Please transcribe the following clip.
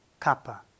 Kappa